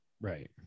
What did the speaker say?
right